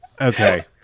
okay